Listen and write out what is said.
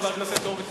חבר הכנסת הורוביץ,